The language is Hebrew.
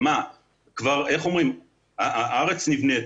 הארץ נבנית,